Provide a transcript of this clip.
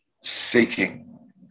seeking